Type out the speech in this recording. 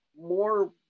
more